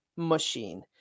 Machine